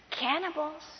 Cannibals